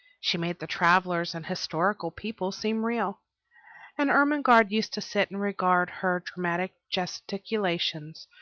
she made the travellers and historical people seem real and ermengarde used to sit and regard her dramatic gesticulations,